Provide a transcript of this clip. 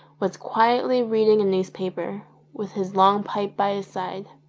was quietly reading a newspaper, with his long pipe by his side.